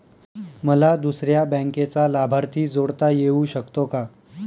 मला दुसऱ्या बँकेचा लाभार्थी जोडता येऊ शकतो का?